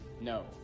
No